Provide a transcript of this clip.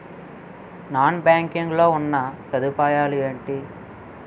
Non banking లో ఉన్నా సదుపాయాలు ఎంటి?